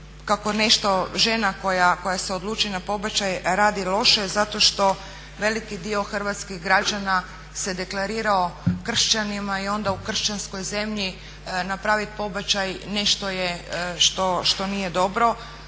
kako nešto žena koja se odluči na pobačaj radi loše zato što veliki dio hrvatskih građana se deklarirao kršćanima i onda u kršćanskoj zemlji napravit pobačaj nešto je što nije dobro.